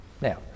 Now